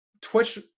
Twitch